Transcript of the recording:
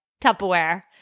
Tupperware